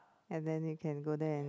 and then you can go there and